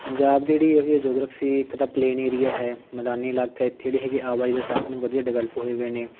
ਪੰਜਾਬ ਦੀ ਜਿਹੜੀ ਹੈਗੀ ਆ ਜੌਗਰਾਫ਼ੀ ਇੱਕ ਤਾਂ ਪਲੇਨ ਏਰੀਆ ਹੈ ਮੈਦਾਨੀ ਇਲਾਕਾ ਇੱਥੇ ਜਿਹੜੀ ਹੈਗੀ ਆਵਾਜਾਈ ਦੇ ਸਾਧਨ ਵਧੀਆ ਡਿਵੈਲਪ ਹੋਏ ਵੇ ਨੇ